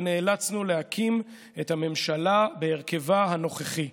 ונאלצנו להקים את הממשלה בהרכבה הנוכחי.